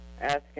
asking